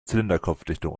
zylinderkopfdichtung